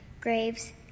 graves